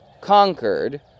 conquered